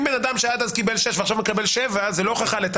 אם בן אדם שעד אז קיבל שישה חודשים ועכשיו מקבל שבעה חודשים,